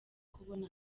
kubona